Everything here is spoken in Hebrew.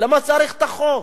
למה צריך את החוק?